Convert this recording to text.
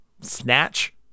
Snatch